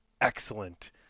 excellent